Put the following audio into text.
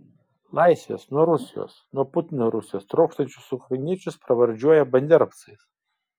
laisvės nuo rusijos nuo putino rusijos trokštančius ukrainiečius pravardžiuoja banderovcais